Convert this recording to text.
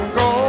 go